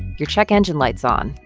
your check engine light's on,